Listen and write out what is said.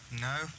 No